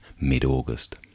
mid-August